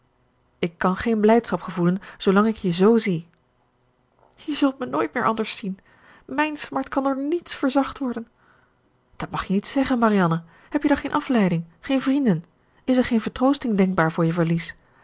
ik kan geen blijdschap gevoelen zoolang ik je z zie je zult mij nooit meer anders zien mijne smart kan door niets verzacht worden dat mag je niet zeggen marianne heb je dan geen afleiding geen vrienden is er geen vertroosting denkbaar voor je verlies